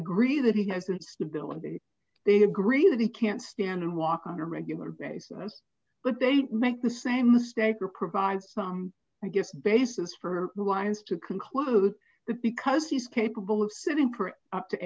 agree that he has the stability they agree that he can't stand and walk on a regular basis but they make the same mistake or provide some i guess basis for the winds to conclude that because he's capable of sitting for up to